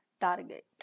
target